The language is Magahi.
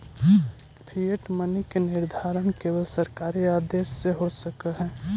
फिएट मनी के निर्धारण केवल सरकारी आदेश से हो सकऽ हई